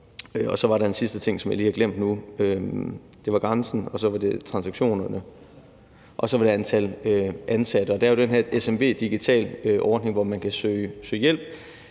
Så var der en sidste ting, som jeg lige har glemt nu. Det var grænsen, og så var det transaktionerne – og så var det antallet af ansatte. Og der er der jo den her SMV:Digital-ordning, hvor man kan søge hjælp